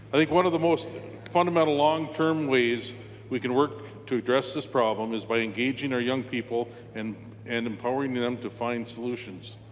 think one of the most fundamental long-term ways we can work to address this problem is by engaging our young people and and empowering them to find solutions.